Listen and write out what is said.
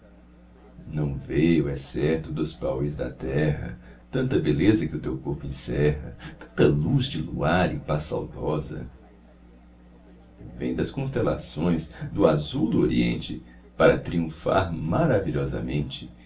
não veio é certo dos pauis da terra tanta beleza que o teu corpo encerra tanta luz de luar e paz saudosa vem das constelações do azul do oriente para triunfar maravilhosamente